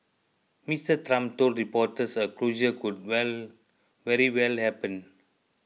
Mister Trump told reporters a closure could very well happen